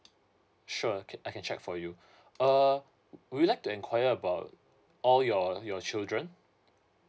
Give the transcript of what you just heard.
sure I can I can check for you uh would you like to enquire about all your your children